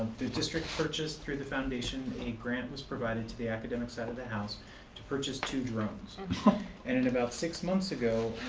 the district purchased through the foundation a grant was provided to the academic side of the house to purchase two drones and and about six months ago.